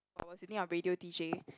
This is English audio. a radio D J